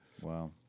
Wow